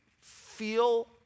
feel